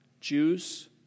Jews